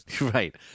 Right